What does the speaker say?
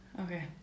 okay